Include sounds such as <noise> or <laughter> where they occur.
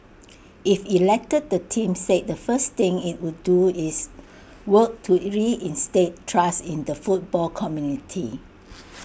if elected the team said the first thing IT would do is work to <noise> reinstate trust in the football community